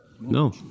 No